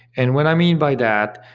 and what i mean by that,